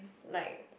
like